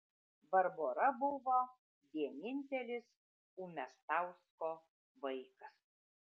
barbora buvo vienintelis umiastausko vaikas